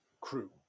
crew